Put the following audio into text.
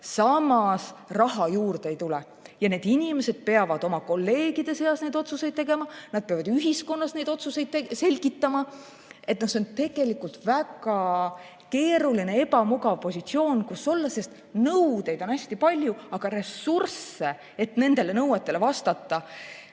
Samas raha juurde ei tule ja need inimesed peavad oma kolleegide seas neid otsuseid tegema. Nad peavad ühiskonnale neid otsuseid selgitama. See on tegelikult väga keeruline, ebamugav positsioon, kus olla, sest nõudeid on hästi palju, aga ressursid, mille varal nendele nõuetele vastata,